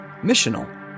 missional